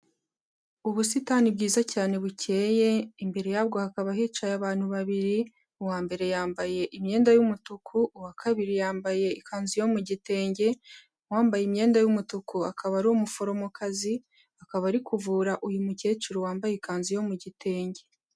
Ubusitani bwiza cyane bukeye, imbere yabwo hakaba hicaye abantu babiri, uwambere yambaye imyenda y'umutuku, uwa kabiri yambaye ikanzu yo mu gitenge, uwambaye imyenda y'umutuku akaba ari umuforomokazi, akaba ari kuvura uyu mukecuru wambaye ikanzu yo mu gitenge.